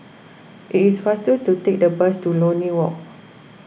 it is faster to take the bus to Lornie Walk